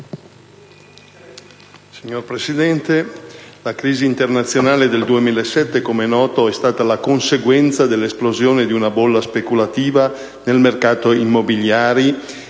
Signor Presidente, la crisi internazionale del 2007, come noto, è stata la conseguenza dell'esplosione di una bolla speculativa nel mercato immobiliare